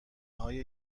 های